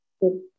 good